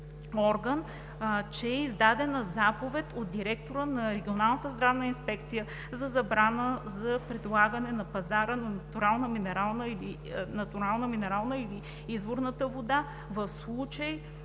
че е издадена заповед от директора на регионалната здравна инспекция за забрана за предлагане на пазара на натуралната минерална или изворната вода, в случай